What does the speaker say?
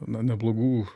na neblogų